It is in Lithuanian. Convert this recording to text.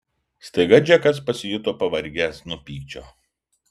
staiga džekas pasijuto pavargęs nuo pykčio